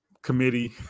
committee